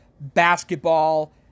basketball